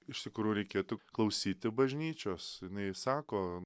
iš tikrųjų reikėtų klausyti bažnyčios jinai sako